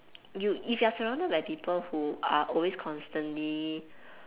you if you are surrounded by people who are always constantly